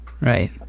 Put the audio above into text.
Right